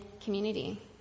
community